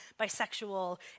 bisexual